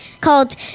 Called